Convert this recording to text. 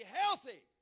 healthy